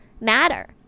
matter